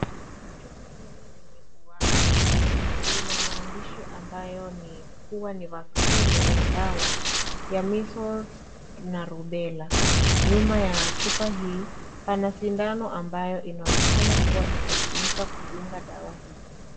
Chupa hili lenye uwazi lina maandishi ambayo huwa ni dawa ya measles, na rubella nyuma ya chupa hii pana sindano inayoonekana kuwa itatumika kufunga dawa hii.